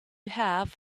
have